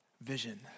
vision